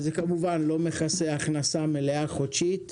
זה כמובן לא מכסה הכנסה חודשית מלאה.